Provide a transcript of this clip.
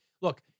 look